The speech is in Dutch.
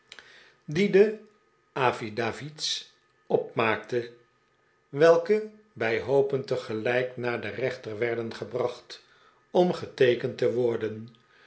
de affidavits a opmaakte welke bij hoopen tegelijk naar den rechter werden gebracht om geteekend te worden